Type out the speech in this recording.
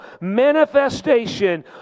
manifestation